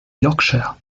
yorkshire